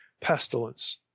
pestilence